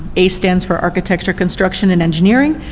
ace stands for architecture, construction, and engineering.